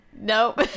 Nope